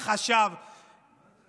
החשב,